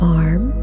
arm